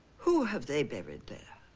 who have they buried there?